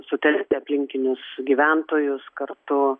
sutelkti aplinkinius gyventojus kartu